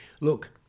look